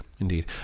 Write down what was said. indeed